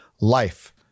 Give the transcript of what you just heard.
life